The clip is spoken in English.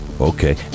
Okay